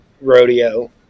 rodeo